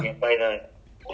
mm